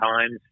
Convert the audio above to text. times